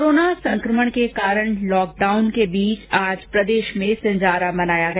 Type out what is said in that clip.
corona संक्रमण के कारण लॉकडाउन के बीच आज प्रदेश में सिंजारा मनाया गया